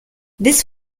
this